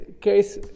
case